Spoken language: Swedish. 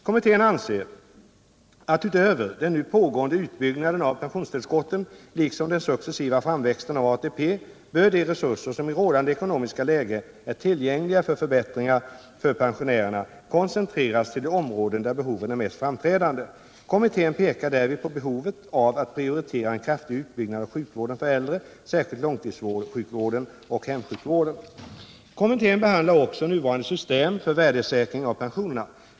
Kommittén anser att utöver den nu pågående utbyggnaden av pensionstillskotten liksom den successiva framväxten av ATP bör de resurser som i rådande ekonomiska läge är tillgängliga för förbättringar för pensionärerna koncen treras till de områden där behoven är mest framträdande. Kommittén — Nr 45 pekar därvid på behovet av att prioritera en kraftig utbyggnad av sjuk Fredagen den vården för äldre, särskilt långtidssjukvården och hemsjukvården. 9 december 1977 Kommittén behandlar också nuvarande system för värdesäkring av — pensionerna.